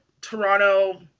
toronto